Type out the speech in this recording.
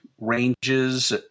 ranges